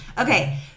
Okay